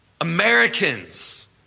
Americans